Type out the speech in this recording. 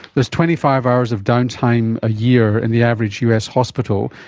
there's twenty five hours of downtime a year in the average us hospital,